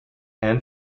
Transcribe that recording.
and